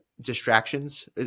distractions